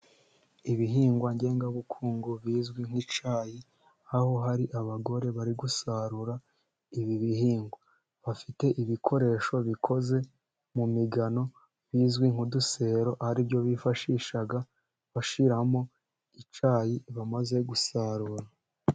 Ibihingwa ngengabukungu bizwi nk' icyayi, aho hari abagore bari gusarura ibi bihingwa bafite ibikoresho bikoze mu migano bizwi nk' udusero, aribyo bifashisha bashiramo icyayi bamaze gusarura.